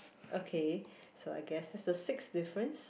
okay so I guess is the sixth difference